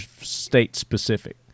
state-specific